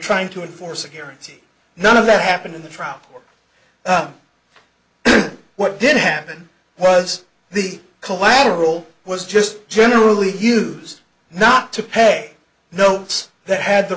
trying to enforce a guarantee none of that happened in the trial what did happen was the collateral was just generally used not to pay notes that had the